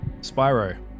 Spyro